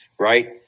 right